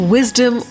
Wisdom